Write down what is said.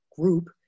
group